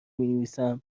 مینویسم